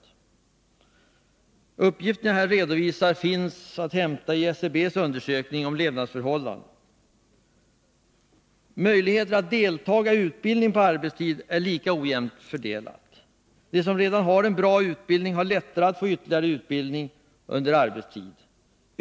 De uppgifter jag redovisar här finns att hämta i SCB:s undersökning om levnadsförhållanden. Möjligheterna att delta i utbildning på arbetstid är lika ojämnt fördelade. De som redan har en bra utbildning har lättare att få ytterligare utbildning under arbetstid.